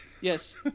Yes